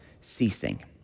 ceasing